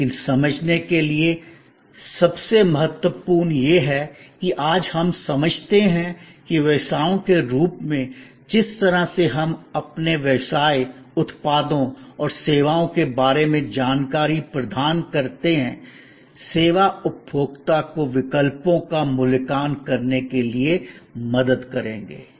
लेकिन समझने के लिए सबसे महत्वपूर्ण यह है कि आज हम समझते हैं कि व्यवसायों के रूप में जिस तरह से हम अपने व्यवसाय उत्पादों और सेवाओं के बारे में जानकारी प्रदान करते हैं सेवा उपभोक्ता को विकल्पों का मूल्यांकन करने के लिए मदद करेंगे